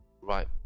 right